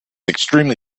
extremely